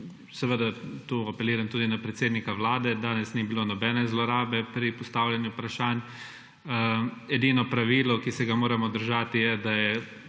Seveda tukaj apeliram tudi na predsednika Vlade, danes ni bilo nobene zlorabe pri postavljanju vprašanj. Edino pravilo, ki se ga moramo držati, je, da je